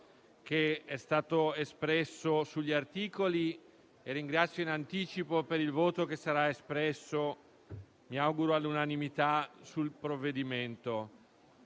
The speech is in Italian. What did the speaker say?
che è stato espresso sugli articoli e ringrazio in anticipo per il voto che sarà espresso - mi auguro all'unanimità - sul provvedimento.